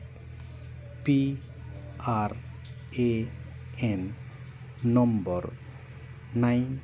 P R A N number nine